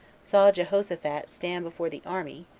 saw jehoshaphat stand before the army,